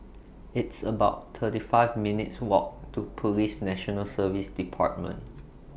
It's about thirty five minutes' Walk to Police National Service department